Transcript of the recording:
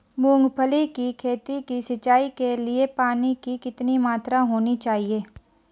मूंगफली की खेती की सिंचाई के लिए पानी की कितनी मात्रा होनी चाहिए?